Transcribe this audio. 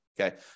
Okay